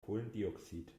kohlendioxid